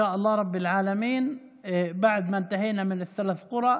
כרגע אנו עובדים על הקבוצה הנוספת,